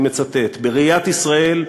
אני מצטט: "בראיית ישראל,